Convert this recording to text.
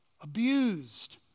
abused